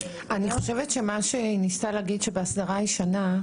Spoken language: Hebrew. בהסדרה הישנה,